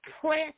press